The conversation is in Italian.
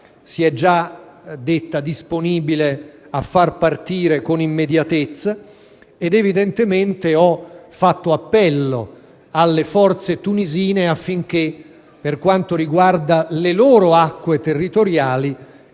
si è già detta disponibile a far partire con immediatezza. Ed ho fatto appello alle forze tunisine affinché, per quanto riguarda le loro acque territoriali,